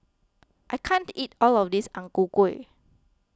I can't eat all of this Ang Ku Kueh